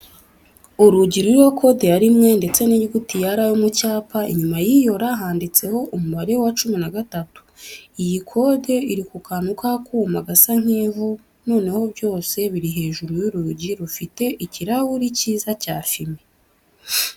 Urugi ruriho kode ya rimwe ndetse n'inyuguti ya R yo mu cyapa, inyuma y'iyo R handitseho umubare wa cumi na gatatu. Iyi kode iri ku kantu k'akuma gasa nk'ivu, noneho byose biri hejuru y'urugi rufite ikirahuri cyiza cya fime.